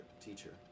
teacher